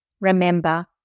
Remember